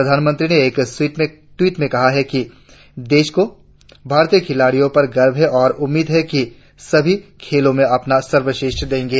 प्रधानमंत्री ने एक ट्वीट मे कहा है कि देश को भारतीय खिलाड़ियो पर गर्भ है और उम्मीद है कि सभी खेलो में अपना सर्वश्रेष्ठ देंगे